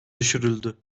düşürüldü